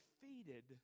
defeated